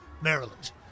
Maryland